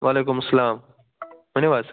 وعلیکُم السَلام ؤنِو حظ